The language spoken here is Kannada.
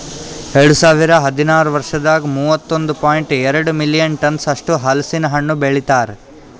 ಎರಡು ಸಾವಿರ ಹದಿನಾರು ವರ್ಷದಾಗ್ ಮೂವತ್ತೊಂದು ಪಾಯಿಂಟ್ ಎರಡ್ ಮಿಲಿಯನ್ ಟನ್ಸ್ ಅಷ್ಟು ಹಲಸಿನ ಹಣ್ಣು ಬೆಳಿತಾರ್